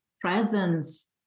presence